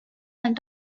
and